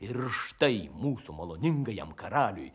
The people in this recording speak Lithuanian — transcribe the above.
ir štai mūsų maloningajam karaliui